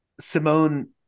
Simone